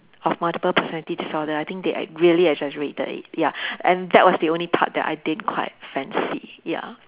of multiple personality disorder I think they really exaggerated it ya and that was the only part that I didn't quite fancy ya